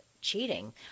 cheating